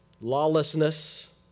lawlessness